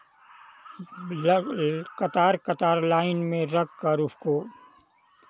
लग कतार कतार लाइन में रख कर उसको